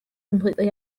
completely